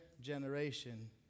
generation